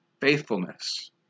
faithfulness